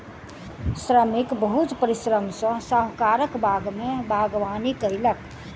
श्रमिक बहुत परिश्रम सॅ साहुकारक बाग में बागवानी कएलक